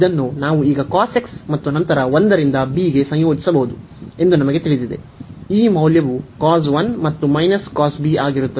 ಇದನ್ನು ನಾವು ಈಗ cos x ಮತ್ತು ನಂತರ 1 ರಿಂದ b ಗೆ ಸಂಯೋಜಿಸಬಹುದು ಎಂದು ನಮಗೆ ತಿಳಿದಿದೆ ಈ ಮೌಲ್ಯವು cos 1 ಮತ್ತು b cos b ಆಗಿರುತ್ತದೆ